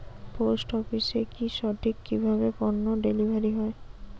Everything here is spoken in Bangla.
পোস্ট অফিসে কি সঠিক কিভাবে পন্য ডেলিভারি হয়?